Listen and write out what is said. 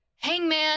Hangman